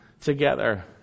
together